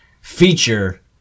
feature